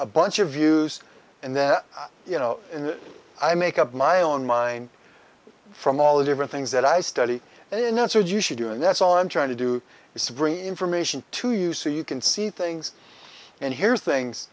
a bunch of views and then you know i make up my own mind from all the different things that i study and in answered you should do and that's all i'm trying to do is to bring information to you so you can see things and here's things